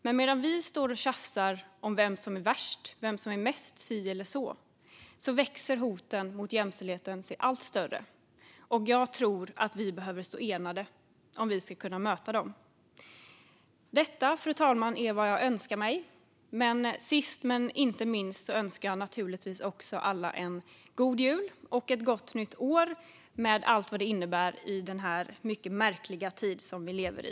Men medan vi står och tjafsar om vem som är värst och vem som är mest si eller så växer sig hoten mot jämställdheten allt större, och jag tror att vi behöver stå enade om vi ska kunna möta dem. Detta, fru talman, är vad jag önskar mig. Sist men inte minst vill jag naturligtvis även önska alla en god jul och ett gott nytt år - med allt vad det innebär i den mycket märkliga tid vi lever i.